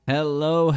Hello